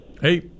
Hey